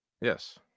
yes